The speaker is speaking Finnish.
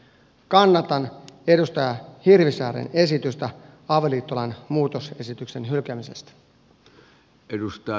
kannatan edustaja hirvisaaren esitystä avioliittolain muutosesityksen hylkäämisestä